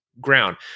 ground